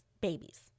babies